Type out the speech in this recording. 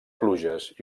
pluges